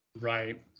Right